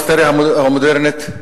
המודרנית,